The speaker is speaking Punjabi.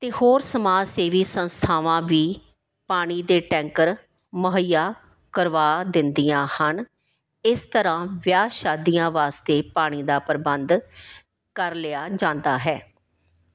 ਅਤੇ ਹੋਰ ਸਮਾਜ ਸੇਵੀ ਸੰਸਥਾਵਾਂ ਵੀ ਪਾਣੀ ਦੇ ਟੈਂਕਰ ਮੁਹੱਈਆ ਕਰਵਾ ਦਿੰਦੀਆਂ ਹਨ ਇਸ ਤਰ੍ਹਾਂ ਵਿਆਹ ਸ਼ਾਦੀਆਂ ਵਾਸਤੇ ਪਾਣੀ ਦਾ ਪ੍ਰਬੰਧ ਕਰ ਲਿਆ ਜਾਂਦਾ ਹੈ